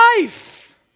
life